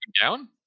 down